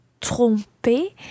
tromper